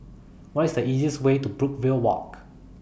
What IS The easiest Way to Brookvale Walk